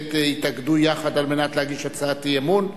כנסת התאגדו יחד על מנת להגיש הצעת אי-אמון.